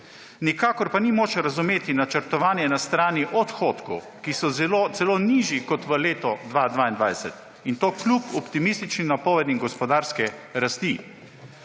Nikakor pa ni moč razumeti načrtovanja na strani odhodkov, ki so celo nižji kot v letu 2022, in to kljub optimističnim napovedim gospodarske rasti.